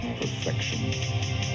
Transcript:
perfection